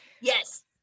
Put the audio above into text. Yes